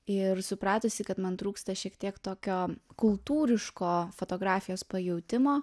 ir supratusi kad man trūksta šiek tiek tokio kultūriško fotografijos pajautimo